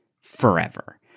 forever